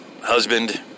husband